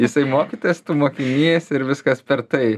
jisai mokytojas tu mokinys ir viskas per tai